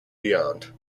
beyond